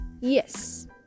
Yes